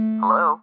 hello